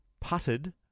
putted